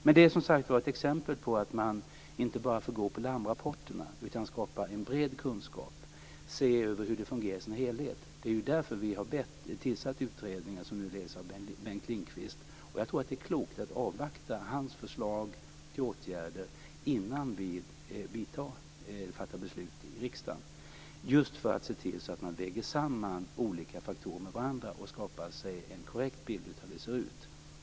Men det är som sagt var ett exempel på att man inte bara får gå på larmrapporterna utan skapa en bred kunskap och se över hur det fungerar i sin helhet. Det är ju därför vi har tillsatt utredningen, som nu leds av Bengt Lindqvist. Jag tror att det är klokt att avvakta hans förslag till åtgärder innan vi fattar beslut i riksdagen, just för att se till så att man väger samman olika faktorer med varandra och skapar sig en korrekt bild av hur läget ser ut.